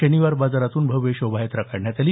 शनिवारबाजारातून भव्य शोभायात्रा काढण्यात आली